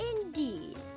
Indeed